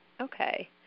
Okay